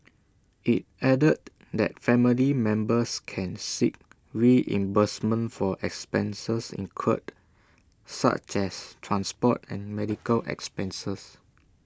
IT added that family members can seek reimbursement for expenses incurred such as transport and medical expenses